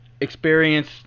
experience